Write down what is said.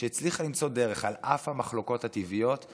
שהצליחה למצוא דרך לחיות ביחד על אף המחלוקות הטבעיות.